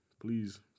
please